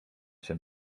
się